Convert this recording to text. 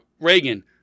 Reagan